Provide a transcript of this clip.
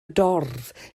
dorf